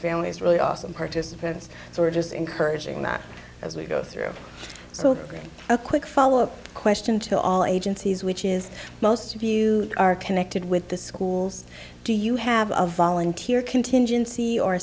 families really awesome participants so we're just encouraging that as we go through so being a quick follow up question to all agencies which is most of you are connected with the schools do you have a volunteer contingency or